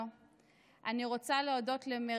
אני רוצה להודות ליוראי להב הרצנו,